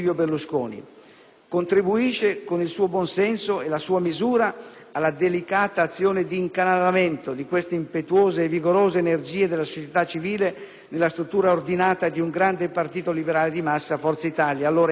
Contribuisce con il suo buon senso e la sua misura alla delicata azione di incanalamento di queste impetuose e vigorose energie della società civile nella struttura ordinata di un grande partito liberale di massa, Forza Italia, allora in costruzione.